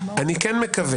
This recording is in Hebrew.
אני כן מקווה